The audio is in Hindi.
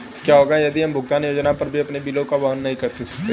क्या होगा यदि हम भुगतान योजना पर भी अपने बिलों को वहन नहीं कर सकते हैं?